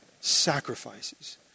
sacrifices